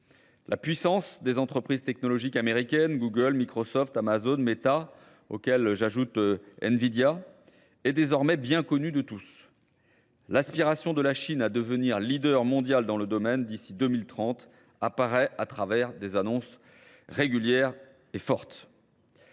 La puissance des entreprises technologiques américaines, Google, Microsoft, Amazon, Meta, auxquelles j'ajoute Nvidia, est désormais bien connue de tous. L'aspiration de la Chine à devenir leader mondial dans le domaine d'ici 2030 apparaît à travers des annonces régulières et fortes.